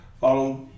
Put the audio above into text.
follow